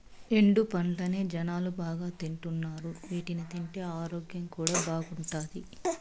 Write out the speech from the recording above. ఎండు పండ్లనే జనాలు బాగా తింటున్నారు వీటిని తింటే ఆరోగ్యం కూడా బాగుంటాది